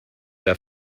der